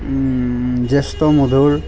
জ্যেষ্টমধুৰ